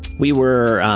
we were, um,